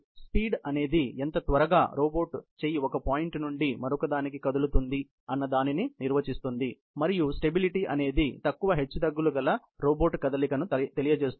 speed అనేది ఎంత త్వరగా రోబోట్ చేయి ఒక పాయింట్ నుండి మరొకదానికి కదులుతుంది అన్న దానిని నిర్వచిస్తుంది మరియు స్టెబిలిటీ అనేది తక్కువ హెచ్చుతగ్గులు గల రోబోట్ కదలికను తెలియజేస్తుంది